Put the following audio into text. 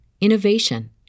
innovation